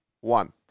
one